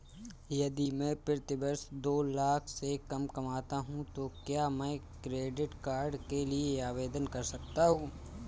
यदि मैं प्रति वर्ष दो लाख से कम कमाता हूँ तो क्या मैं क्रेडिट कार्ड के लिए आवेदन कर सकता हूँ?